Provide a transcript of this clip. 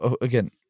Again